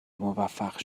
موفق